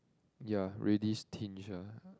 ya reddish tinge ah